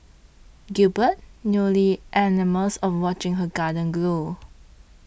Gilbert newly enamoured of watching her garden grow